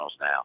now